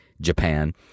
Japan